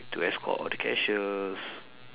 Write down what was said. to escort all the cashiers